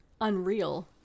unreal